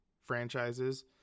franchises